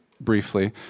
briefly